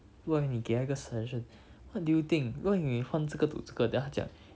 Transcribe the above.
不然你给他一个 selection what do you think 如果你换这个 to 这个 then 他讲